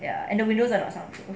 ya and the windows are not sound proof